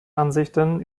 ansichten